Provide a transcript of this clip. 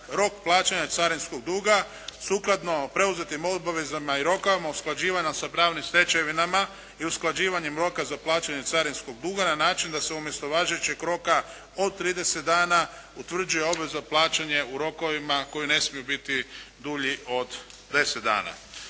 rok plaćanja carinskog duga, sukladno preuzetim obavezama i rokovima usklađivanje sa pravnim stečevinama i usklađivanjem roka za plaćanje carinskog duga na način da se umjesto važećeg roka od 30 dana utvrđuje obveza plaćanja u rokovima koji ne smiju biti dulji od deset dana.